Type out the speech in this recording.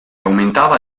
aumentava